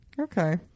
Okay